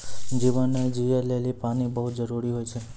जीवन जियै लेलि पानी बहुत जरूरी होय छै?